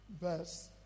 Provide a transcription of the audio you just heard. verse